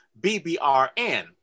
BBRN